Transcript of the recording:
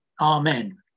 Amen